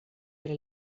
tre